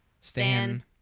Stan